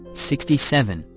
sixty seven,